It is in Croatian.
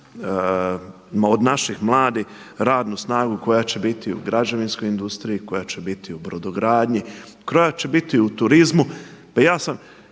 od naših mladih radnu snagu koja će biti u građevinskoj industriji, koja će biti u brodogradnji, koja će biti u turizmu.